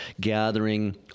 gathering